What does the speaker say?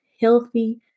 healthy